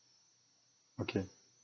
okay